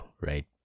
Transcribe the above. right